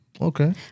Okay